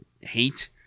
hate